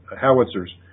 howitzers